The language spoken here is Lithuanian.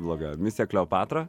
bloga misija kleopatra